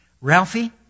Ralphie